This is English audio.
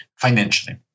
financially